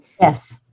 Yes